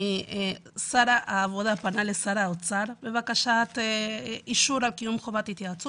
שר העבודה פנה לשר האוצר בבקשת אישור על קיום חובת התייעצות